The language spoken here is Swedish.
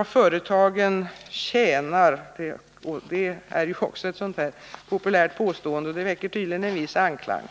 Att företagen tjänar på ungdomarna är också ett populärt påstående, och det väcker tydligen en viss anklang.